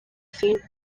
faint